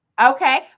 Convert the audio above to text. Okay